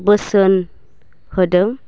बोसोन होदों